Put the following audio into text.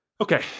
Okay